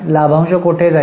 लाभांश कोठे जाईल